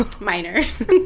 Miners